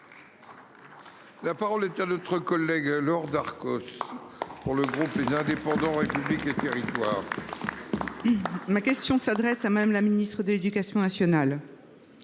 La parole est à Mme Laure Darcos, pour le groupe Les Indépendants – République et Territoires. Ma question s’adresse à Mme la ministre de l’éducation nationale